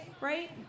right